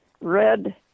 red